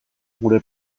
gure